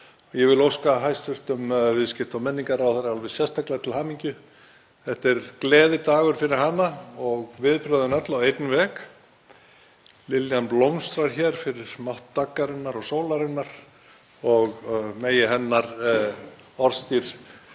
Ég vil óska hæstv. viðskipta- og menningarráðherra alveg sérstaklega til hamingju, þetta er gleðidagur fyrir hana og viðbrögðin öll á einn veg. Liljan blómstrar hér fyrir mátt daggarinnar og sólarinnar og megi hennar orðstír